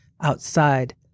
Outside